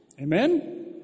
Amen